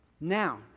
Now